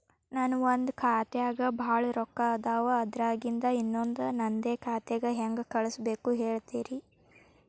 ನನ್ ಒಂದ್ ಖಾತ್ಯಾಗ್ ಭಾಳ್ ರೊಕ್ಕ ಅದಾವ, ಅದ್ರಾಗಿಂದ ಇನ್ನೊಂದ್ ನಂದೇ ಖಾತೆಗೆ ಹೆಂಗ್ ಕಳ್ಸ್ ಬೇಕು ಹೇಳ್ತೇರಿ?